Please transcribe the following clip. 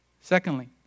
Secondly